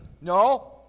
No